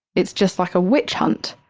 it's just like a witch hunt.